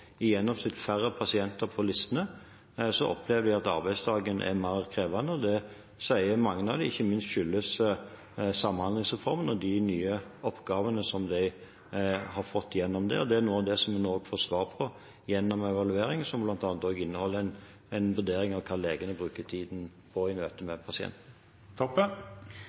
fått færre pasienter på listene, opplever de at arbeidsdagen er mer krevende. Det sier mange av dem ikke minst skyldes samhandlingsreformen og de nye oppgavene som de har fått gjennom den. Det er noe av det vi nå får svar på, gjennom en evaluering som bl.a. inneholder en vurdering av hva legene bruker tiden på i møter med